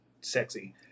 sexy